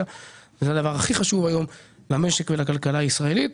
שזה הדבר הכי חשוב היום למשק ולכלכלה הישראלית.